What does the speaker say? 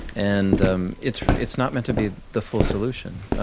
and um it's it's not meant to be the full solution.